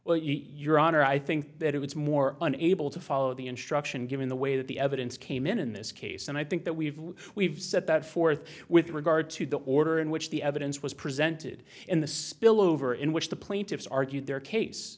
honor i think that it was more unable to follow the instruction given the way that the evidence came in in this case and i think that we've we've set that forth with regard to the order in which the evidence was presented in the spillover in which the plaintiffs argued their